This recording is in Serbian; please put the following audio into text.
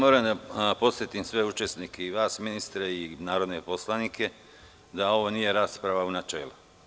Moram da podsetim sve učesnike i vas ministre i narodne poslanike da ovo nije rasprava u načelu.